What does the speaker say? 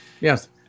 Yes